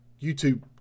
YouTube